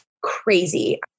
crazy